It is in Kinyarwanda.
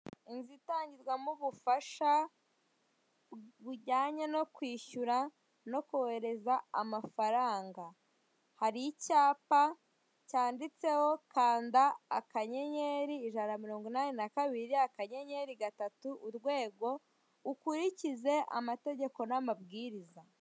Inzu itangirwamo ubufasha bujyanye no kwishyura no kohereza amafaranga. Hari icyapa cyanditseho kanda akanyenyeri ijana na mirongo inani na kabiri akanyenyeri gatatu urwego ukurikize amategeko n'amabwiriza.